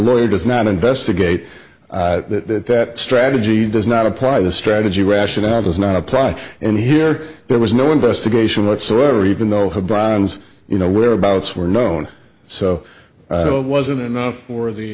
lawyer does not investigate that strategy does not apply the strategy rationale does not apply and here there was no investigation whatsoever even though you know whereabouts were known so it wasn't enough for the